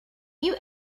you